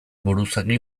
buruzagi